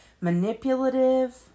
Manipulative